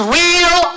real